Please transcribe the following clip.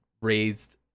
raised